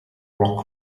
rock